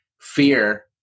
fear